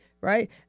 right